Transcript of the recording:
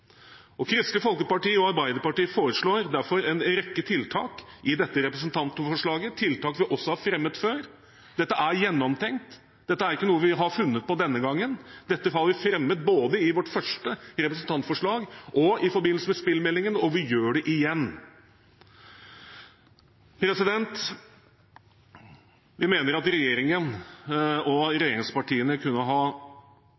Kristelig Folkeparti og Arbeiderpartiet foreslår derfor en rekke tiltak i dette representantforslaget, tiltak som også er fremmet før. Dette er gjennomtenkt, dette er ikke noe vi har funnet på denne gangen, dette har vi fremmet både i vårt først representantforslag og i forbindelse med spillmeldingen, og vi gjør det igjen. Vi mener at regjeringen og